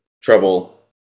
trouble